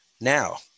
Now